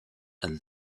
and